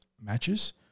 matches